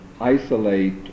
isolate